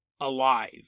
alive